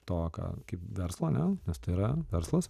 to ką kaip verslą ne nes tai yra verslas